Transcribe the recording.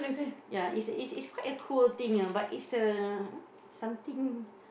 ya it's it's it's quite a cruel thing ah but it's a something